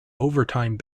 overtime